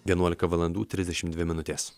vienuolika valandų trisdešimt dvi minutės